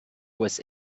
was